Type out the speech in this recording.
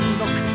look